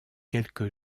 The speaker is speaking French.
quelque